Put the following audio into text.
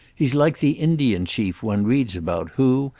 he's like the indian chief one reads about, who,